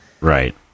Right